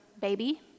baby